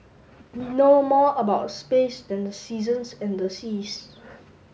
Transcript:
we know more about space than the seasons and the seas